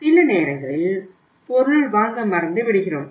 சில நேரங்களில் பொருள் வாங்க மறந்து விடுகிறோம்